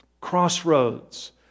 Crossroads